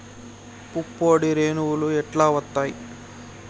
పుప్పొడి రేణువులు ఎట్లా వత్తయ్?